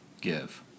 give